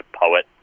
poet